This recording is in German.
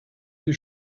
die